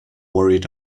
worried